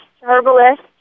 herbalist